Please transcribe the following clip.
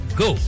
go